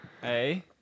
hey